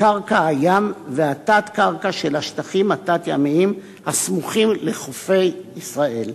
קרקע הים והתת-קרקע של השטחים התת-ימיים הסמוכים לחופי ישראל,